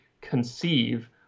conceive